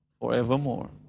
forevermore